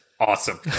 Awesome